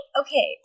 okay